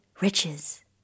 Riches